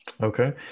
okay